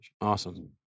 Awesome